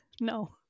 No